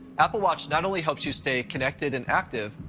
apple watch not only helps you stay connected and active,